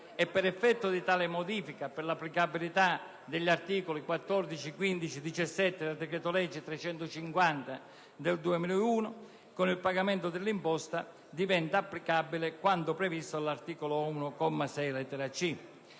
e, per effetto di essa e per l'applicabilità degli articoli 14, 15 e 17 del decreto-legge n. 350 del 2001, con il pagamento dell'imposta diventa applicabile quanto previsto dall'articolo 1, comma 6,